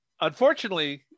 Unfortunately